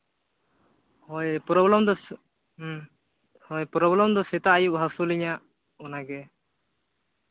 ᱦᱳᱭ ᱯᱨᱚᱵᱞᱮᱢ ᱫᱚ ᱦᱮᱸ ᱦᱳᱭ ᱯᱨᱚᱵᱞᱮᱢ ᱫᱚ ᱥᱮᱛᱟᱜ ᱟᱹᱭᱩᱵ ᱦᱟᱹᱥᱩ ᱞᱤᱧᱟᱹ ᱚᱱᱟᱜᱮ